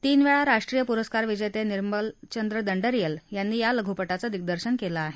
तीन वेळा राष्ट्रीय पुरस्कार विजेते निर्मल चंद्र दंडारीयल यांनी या लघुपटाचं दिग्दर्शन केलं आहे